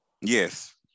Yes